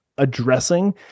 Addressing